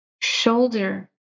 Shoulder